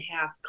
half